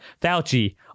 Fauci